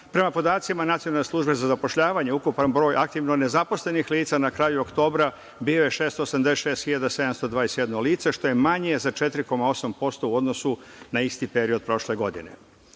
Prema podacima Nacionalne službe za zapošljavanje, ukupan broj aktivno nezaposlenih lica na kraju oktobra bio je 686.721 lice, što je manje za 4,8% u odnosu na isti period prošle